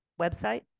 website